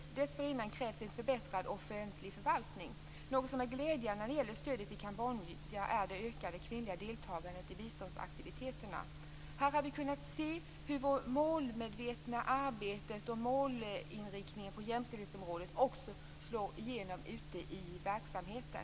Men dessförinnan krävs det en bättre offentlig förvaltning. Något som är glädjande för stödet i Kambodja är det ökade kvinnliga deltagandet i biståndsaktiviteterna. Här har vi kunnat se hur ett målmedvetet arbete på jämställdhetsområdet också slår igenom ute i verksamheten.